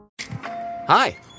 Hi